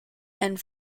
and